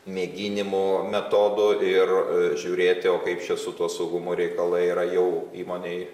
mėginimo metodu ir žiūrėti o kaip čia su tuo saugumo reikalai yra jau įmonei